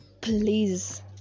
please